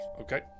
okay